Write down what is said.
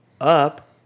up